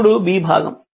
ఇప్పుడు భాగం